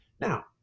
Now